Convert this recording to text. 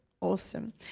awesome